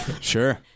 Sure